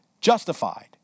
Justified